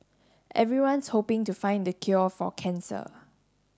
everyone's hoping to find the cure for cancer